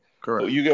Correct